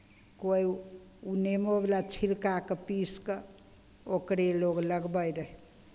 कोइ नेमोवला छिलकाकेँ पीसि कऽ ओकरे लोक लगबैत रहय